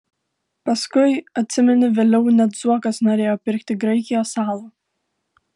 paskui atsimeni vėliau net zuokas norėjo pirkti graikijos salą